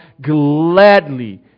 gladly